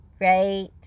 right